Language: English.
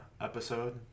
episode